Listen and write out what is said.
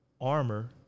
armor